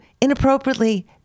inappropriately